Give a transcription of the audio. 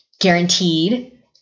guaranteed